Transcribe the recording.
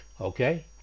Okay